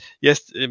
yes